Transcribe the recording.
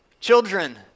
Children